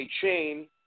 chain